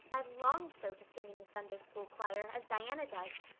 i've longed so to sing in the sunday-school choir, as diana does,